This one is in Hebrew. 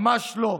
ממש לא.